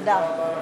תודה.